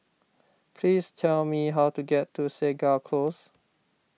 please tell me how to get to Segar Close